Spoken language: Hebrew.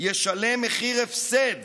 ישלם מחיר הפסד